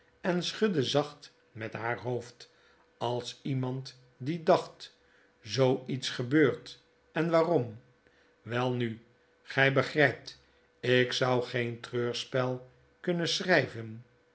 en schudde zacht met haar hoofd als iemand die dacht zoo iets gebeurt en waarom welnu gy begrypt ik zou geen treurspel kunnen schryven